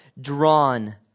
drawn